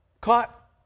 Caught